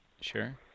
Sure